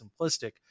simplistic